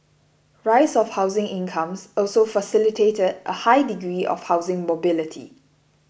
rise of housing incomes also facilitated a high degree of housing mobility